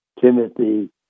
Timothy